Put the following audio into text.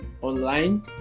online